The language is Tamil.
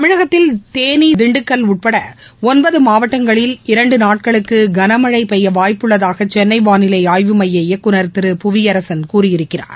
தமிழகத்தில் தேனி திண்டுக்கல் உள்பட ஒன்பது மாவட்டங்களில் இரண்டு நாட்களுக்கு கனமழை பெய்ய வாய்ப்புள்ளதாக சென்னை வானிலை ஆய்வு மைய இயக்குனர் திரு புவியரசன் கூறியிருக்கிறார்